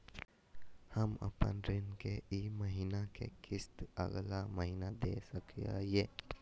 हम अपन ऋण के ई महीना के किस्त अगला महीना दे सकी हियई?